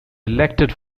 elected